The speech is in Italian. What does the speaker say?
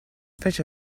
fece